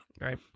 right